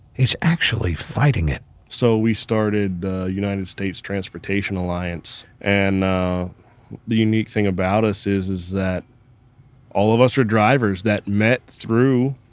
actually fighting it so we started the united states transportation alliance and the unique thing about us is is that all of us are drivers that met through